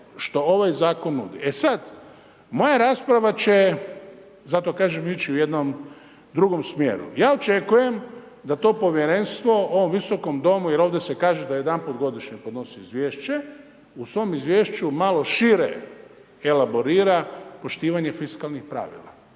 što ovaj zakon nudi. Moja rasprava će, zato kažem ići u jednom drugom smjeru. Ja očekujem da to povjerenstvo ovom visokom Domu, jer ovdje se kaže da jedanput godišnje podnosi izvješće, u svom izvješću malo šire elaborira poštivanje fiskalnih pravila.